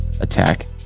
attack